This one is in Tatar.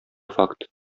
факт